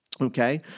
Okay